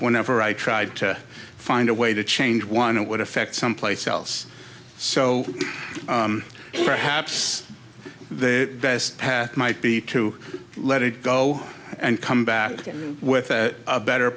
whenever i tried to find a way to change one it would affect someplace else so perhaps the best path might be to let it go and come back with a better